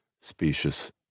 specious